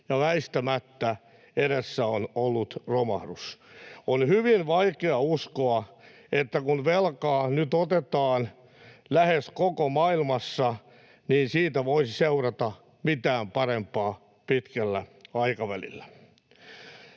ja väistämättä edessä on ollut romahdus. On hyvin vaikea uskoa, että kun velkaa nyt otetaan lähes koko maailmassa, siitä voisi seurata mitään parempaa pitkällä aikavälillä.